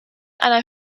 einer